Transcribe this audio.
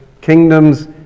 Kingdoms